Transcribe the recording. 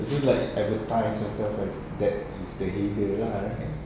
it feel like advertise herself as that is the header lah